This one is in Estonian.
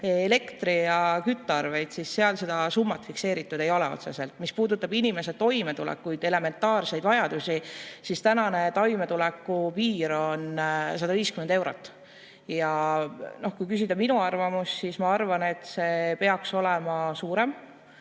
elektri- ja küttearveid, siis seda summat otseselt fikseeritud ei ole. Mis puudutab inimeste toimetulekut, elementaarseid vajadusi, siis tänane toimetulekupiir on 150 eurot. Kui küsida minu arvamust, siis ma arvan, et see peaks olema suurem,